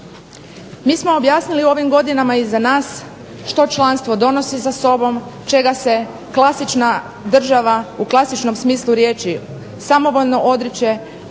Mi smo objasnili u ovim godinama iza nas što članstvo donosi sa sobom, čega se klasična država u klasičnom smislu riječi samovoljno odriče,